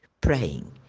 praying